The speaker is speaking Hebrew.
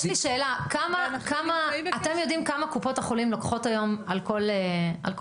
יש לי שאלה: אתם יודעים כמה קופות החולים לוקחות היום על כל בדיקה?